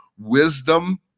wisdom